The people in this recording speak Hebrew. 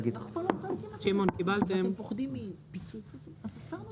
הכוונה היא לכלול את המכסות האלה כמכסות דור א' רק עבור